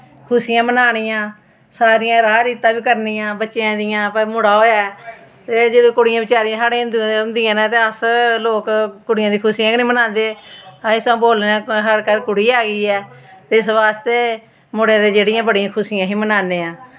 खुशियां मनानियां सारियां राह् रीतां बी करनियां बच्चें दियां भाई मुड़ा होआ ऐ ते कुड़ियां बचैरियां जदूं साढ़ै हिन्दुऐं दे होंदियां न ते अस लोक कुड़ियें दियां खुशियां गै निं मनांदे अस सब बोलने आं कि साढ़े घर कुड़ी आई ऐ इस बास्ते मुड़े दियां जेह्ड़ियां बड़ियां खुशियां अस मनान्ने आं